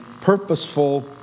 purposeful